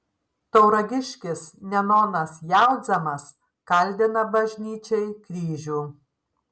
tauragiškis nenonas jaudzemas kaldina bažnyčiai kryžių